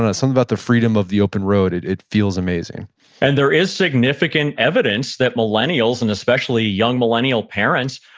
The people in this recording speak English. ah something about the freedom of the open road, it feels feels amazing and there is significant evidence that millennials, and especially young millennial parents,